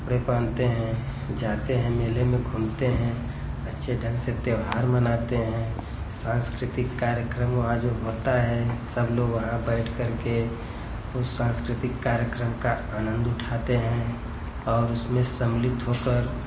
कपड़े पहनते हैं जाते हैं मेले में घूमते हैं अच्छे ढंग से त्योहार मनाते हें सांस्कृतिक कार्यक्रम वहाँ जो होता है सब लोग वहाँ बैठ कर के उस सांस्कृतिक कार्यक्रम का आनंद उठाते हैं और उसमे सम्मलीत होकर